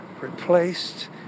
replaced